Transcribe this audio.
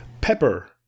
pepper